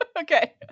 Okay